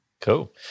cool